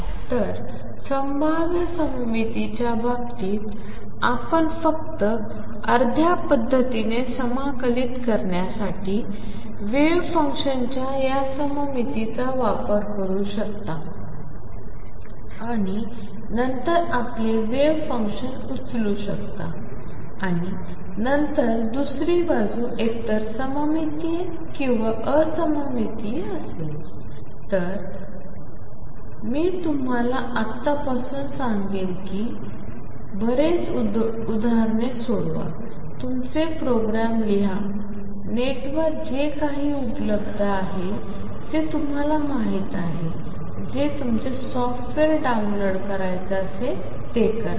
तर संभाव्य सममितीच्या बाबतीत आपण फक्त अर्ध्यापद्धतीने समाकलित करण्यासाठी वेव्ह फंक्शनच्या या सममितीचा वापर करू शकता आणि नंतर आपले वेव्ह फंक्शन उचलू शकता आणि नंतर दुसरी बाजू एकतर सममितीय किंवा असममितीय असेल तर मी तुम्हाला आत्तापासून सांगेन कि ते बरीच उदाहरणे सोडवा तुमचे प्रोग्राम लिहा नेटवर जे काही उपलब्ध आहे ते तुम्हाला माहित आहे जे तुमचे सॉफ्टवेअर डाऊनलोड करायचे असेल ते करा